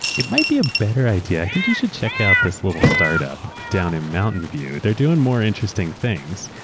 it might be a better idea, i think you should check out this little startup down in mountain view. they're doing more interesting things.